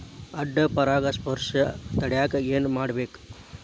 ಅಡ್ಡ ಪರಾಗಸ್ಪರ್ಶ ತಡ್ಯಾಕ ಏನ್ ಮಾಡ್ಬೇಕ್?